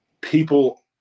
people